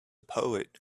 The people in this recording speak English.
poet